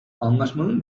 anlaşmanın